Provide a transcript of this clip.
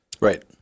Right